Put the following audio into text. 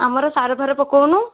ଆମର ସାରଫାର ପକଉନୁ